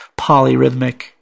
polyrhythmic